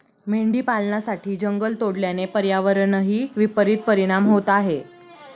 मेंढी पालनासाठी जंगल तोडल्याने पर्यावरणावरही विपरित परिणाम होत आहे